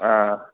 ꯑꯥ